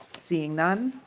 seeing none